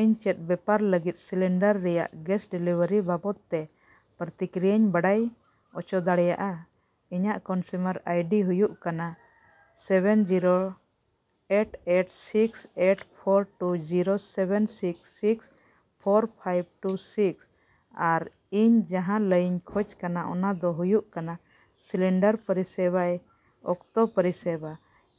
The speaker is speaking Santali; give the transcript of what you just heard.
ᱤᱧ ᱪᱮᱫ ᱵᱮᱯᱟᱨ ᱞᱟᱹᱜᱤᱫ ᱜᱮᱥ ᱥᱤᱞᱤᱱᱰᱟᱨ ᱨᱮᱭᱟᱜ ᱜᱮᱥ ᱰᱮᱞᱤᱵᱷᱟᱨᱤ ᱵᱟᱵᱚᱫᱽ ᱛᱮ ᱯᱨᱚᱛᱤᱠᱨᱤᱭᱟᱧ ᱵᱟᱰᱟᱭ ᱦᱚᱪᱚ ᱫᱟᱲᱮᱭᱟᱜᱼᱟ ᱤᱧᱟᱹᱜ ᱠᱚᱱᱡᱩᱢᱟᱨ ᱟᱭᱰᱤ ᱦᱩᱭᱩᱜ ᱠᱟᱱᱟ seven zero eight eight six eight four two zero seven six six four five two six ᱟᱨ ᱤᱧ ᱡᱟᱦᱟᱸ ᱞᱟᱹᱭᱟᱹᱧ ᱠᱷᱚᱡᱽ ᱠᱟᱱᱟ ᱚᱱᱟᱫᱚ ᱦᱩᱭᱩᱜ ᱠᱟᱱᱟ ᱥᱤᱞᱤᱱᱰᱟᱨ ᱯᱚᱨᱤᱥᱮᱵᱟᱭ ᱚᱠᱛᱚ ᱯᱚᱨᱤᱥᱮᱵᱟ